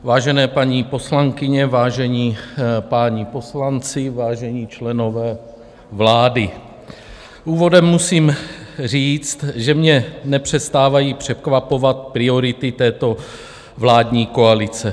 Vážené paní poslankyně, vážení páni poslanci, vážení členové vlády, úvodem musím říct, že mě nepřestávají překvapovat priority této vládní koalice.